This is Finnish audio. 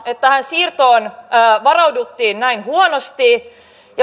että tähän siirtoon varauduttiin näin huonosti